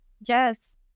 Yes